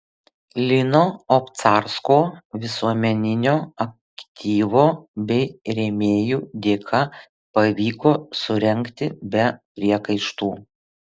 lino obcarsko visuomeninio aktyvo bei rėmėjų dėka pavyko surengti be priekaištų